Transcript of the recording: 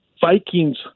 Vikings